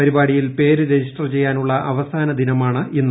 പരിപാടിയിൽ പേര് രജിസ്റ്റർ ചെയ്യാനുള്ള അവസാന ദിനമാണ് ഇന്ന്